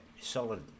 solid